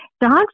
Dogs